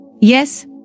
Yes